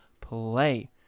play